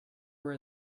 were